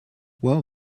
well